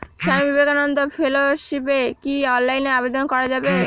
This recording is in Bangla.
স্বামী বিবেকানন্দ ফেলোশিপে কি অনলাইনে আবেদন করা য়ায়?